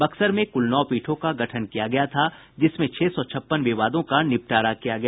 बक्सर में कुल नौ पीठों का गठन किया गया था जिसमें छह सौ छप्पन विवादों का निबटारा किया गया